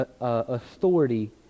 authority